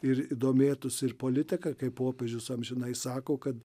ir domėtųsi ir politika kaip popiežius amžinai sako kad